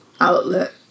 outlet